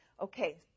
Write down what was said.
Okay